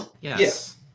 yes